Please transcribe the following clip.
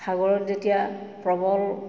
সাগৰত যেতিয়া প্ৰবল